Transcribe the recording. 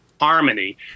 harmony